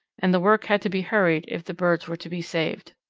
and the work had to be hurried if the birds were to be saved.